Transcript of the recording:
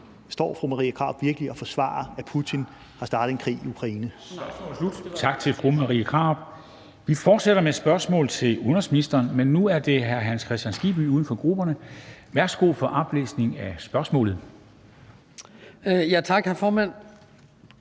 står fru Marie Krarup virkelig og forsvarer, at Putin har startet en krig i Ukraine?